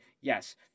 yes